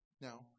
Now